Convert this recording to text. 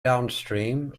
downstream